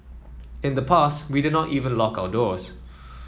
in the past we did not even lock our doors